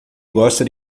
gosta